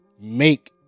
Make